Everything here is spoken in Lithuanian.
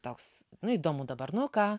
toks nu įdomu dabar nu ką